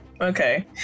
okay